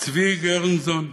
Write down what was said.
צבי גרשזון,